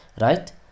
Right